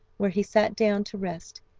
where he sat down to rest,